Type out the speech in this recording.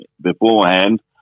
beforehand